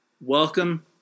Welcome